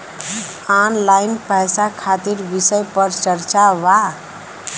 Online पैसा खातिर विषय पर चर्चा वा?